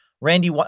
Randy